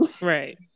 right